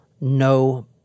no